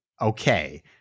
Okay